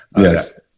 Yes